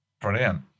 Brilliant